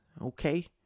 Okay